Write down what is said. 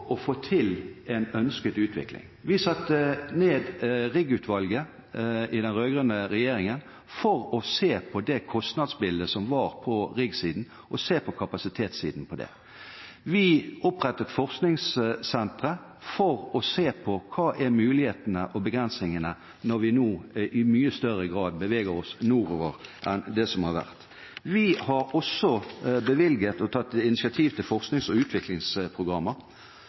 å få til en ønsket utvikling. Vi satte ned riggutvalget i den rød-grønne regjeringen for å se på kostnadsbildet på riggsiden og for å se på kapasitetssiden. Vi opprettet forskningssentre for å se på hva mulighetene og begrensningene er når vi nå i mye større grad beveger oss nordover enn det vi har gjort tidligere. Vi har også bevilget og tatt initiativ til forsknings- og utviklingsprogrammer